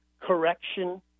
correction